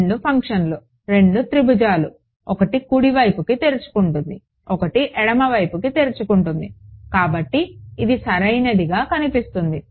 రెండు ఫంక్షన్లు రెండు త్రిభుజాలు ఒకటి కుడివైపుకి తెరుచుకుంటుంది ఒకటి ఎడమవైపుకి తెరుచుకుంటుంది కాబట్టి ఇది సరైనదిగా కనిపిస్తుంది